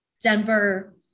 Denver